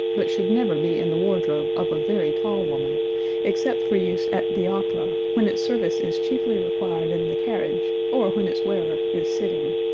but should never be in the wardrobe of a very tall woman except for use at the opera, when its service is chiefly required in the carriage, or when its wearer is sitting.